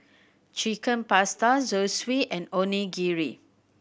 Chicken Pasta Zosui and Onigiri